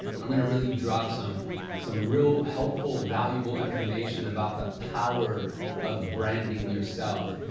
i'm gonna really drop some some real helpful valuable information about the power of branding yourself.